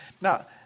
Now